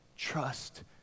Trust